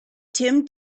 tim